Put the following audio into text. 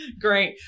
Great